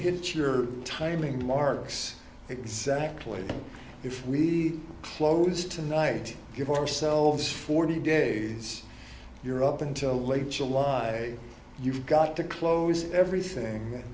get your timing marks exactly if we close tonight give yourselves forty days you're up until late july you've got to close everything